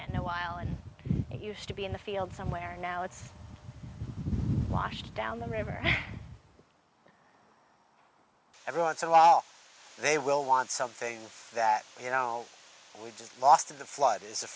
in a while and it used to be in the field somewhere now it's washed down the river every once in a while they will want something that you know we just lost in the flood is a